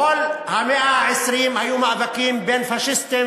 בכל המאה ה-20 היו מאבקים בין פאשיסטים